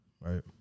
Right